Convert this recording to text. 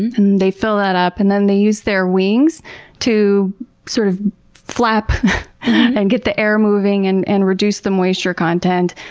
and they fill that up and they use their wings to sort of flap and get the air moving and and reduce the moisture content.